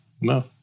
no